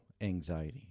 anxiety